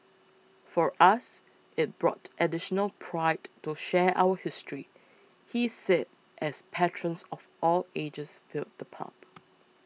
for us it brought additional pride to share our history he said as patrons of all ages filled the pub